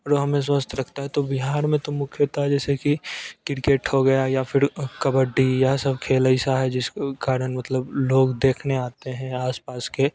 और हमें स्वस्थ रखता है तो बिहार में तो मुख्यत जैसे कि किरकेट हो गया या फिर कबड्डी यह सब खेल ऐसा है जिसके कारण मतलब लोग देखने आते हैं आसपास के